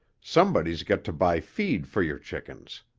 somebody's got to buy feed for your chickens.